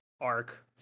arc